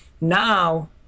Now